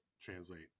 translate